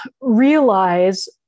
realize